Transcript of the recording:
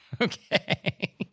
Okay